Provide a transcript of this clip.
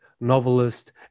novelist